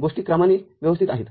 गोष्टी क्रमाने व्यवस्थित आहेत